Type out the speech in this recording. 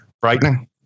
frightening